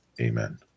Amen